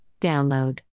Download